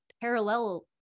parallel